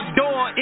door